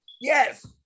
Yes